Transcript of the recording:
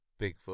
Bigfoot